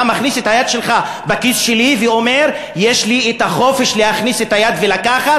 אתה מכניס את היד שלך בכיס שלי ואומר: יש לי החופש להכניס את היד ולקחת.